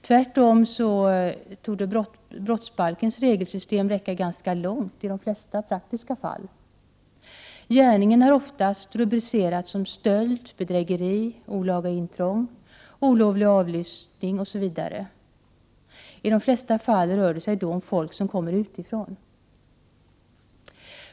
Tvärtom torde brottsbalkens regelsystem räcka ganska långt i de flesta praktiska fall. Gärningen kan oftast rubriceras som stöld, bedrägeri, olaga intrång, olovlig avlyssning osv. I de flesta fall rör det sig då om folk som kommer utifrån.